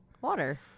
water